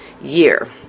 year